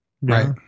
Right